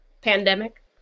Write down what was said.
Pandemic